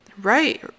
Right